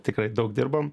tikrai daug dirbam